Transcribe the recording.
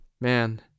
Man